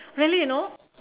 really you know